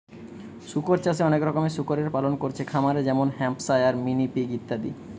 শুকর চাষে অনেক রকমের শুকরের পালন কোরছে খামারে যেমন হ্যাম্পশায়ার, মিনি পিগ ইত্যাদি